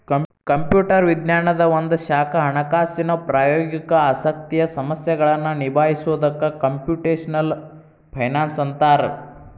computer ವಿಜ್ಞಾನದ್ ಒಂದ ಶಾಖಾ ಹಣಕಾಸಿನ್ ಪ್ರಾಯೋಗಿಕ ಆಸಕ್ತಿಯ ಸಮಸ್ಯೆಗಳನ್ನ ನಿಭಾಯಿಸೊದಕ್ಕ ಕ್ಂಪುಟೆಷ್ನಲ್ ಫೈನಾನ್ಸ್ ಅಂತ್ತಾರ